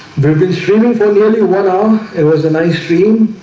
we'll be streaming from the only one arm. it was an ice cream.